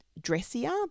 dressier